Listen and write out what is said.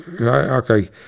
okay